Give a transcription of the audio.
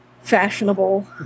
fashionable